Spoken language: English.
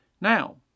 now